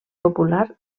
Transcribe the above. popular